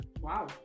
wow